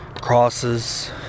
crosses